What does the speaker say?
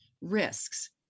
risks